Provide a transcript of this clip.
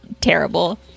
terrible